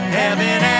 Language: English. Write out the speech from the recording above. heaven